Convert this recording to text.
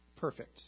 perfect